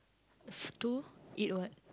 to eat what